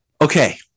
okay